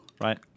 Right